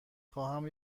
خواهم